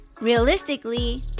realistically